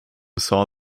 saw